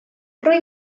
rwy